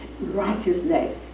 Righteousness